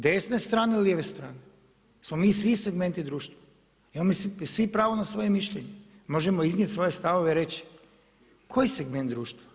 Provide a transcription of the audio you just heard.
Desne strane, lijeve strane smo mi svi segmenti društva, svi pravo na svoje mišljenje, možemo iznijeti svoje stavove i reći koji segment društva.